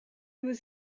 was